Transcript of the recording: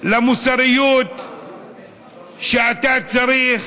למוסריות שאתה צריך